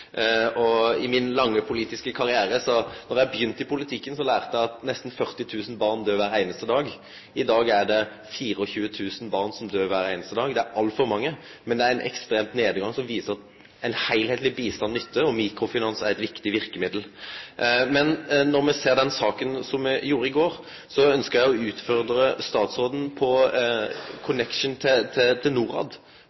begynte i politikken, lærte eg at nesten 40 000 barn døyr kvar einaste dag. I dag er det 24 000 barn som døyr kvar einaste dag. Det er altfor mange, men det er ein ekstrem nedgang, noko som viser at ein heilskapleg bistand nyttar, og mikrofinans er eit viktig verkemiddel. Men når me ser den saka som me gjorde i går, så ønskjer eg å utfordre statsråden på